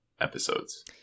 episodes